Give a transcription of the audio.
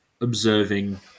observing